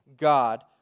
God